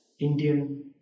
Indian